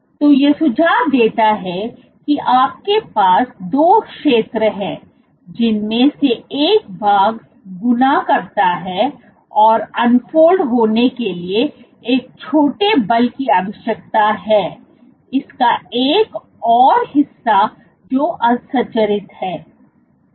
तो यह सुझाव देता है कि आपके पास 2 क्षेत्र हैंजिनमें से एक भाग गुना करता है औरअनसोल्ड होने के लिए एक छोटे बल की आवश्यकता है इसका एक और हिस्सा जोअसंरचित है